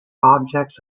objects